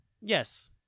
Yes